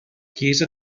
chiesa